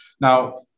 Now